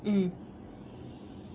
mm